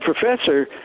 professor